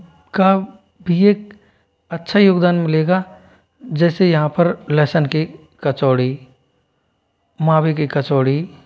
का भी एक अच्छा योगदान मिलेगा जैसे यहाँ पर लहसन की कचौड़ी मावे की कचौड़ी